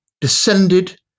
descended